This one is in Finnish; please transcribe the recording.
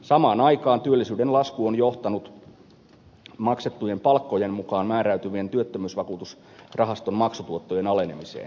samaan aikaan työllisyyden lasku on johtanut maksettujen palkkojen mukaan määräytyvien työttömyysvakuutusrahaston maksutuottojen alenemiseen